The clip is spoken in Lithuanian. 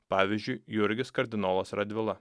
pavyzdžiui jurgis kardinolas radvila